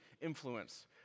influence